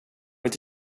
inte